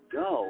go